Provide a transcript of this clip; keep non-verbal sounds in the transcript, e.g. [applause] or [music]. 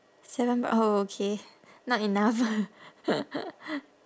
seven bro~ oh okay not enough [laughs]